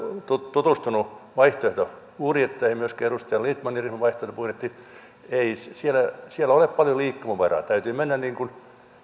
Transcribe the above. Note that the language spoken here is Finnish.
tutustunut vaihtoehtobudjetteihin myöskin edustaja lindtmanin vaihtoehtobudjettiin ei siellä siellä ole paljon liikkumavaraa täytyy mennä niin kuin